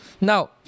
Now